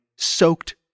Soaked